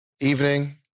evening